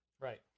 Right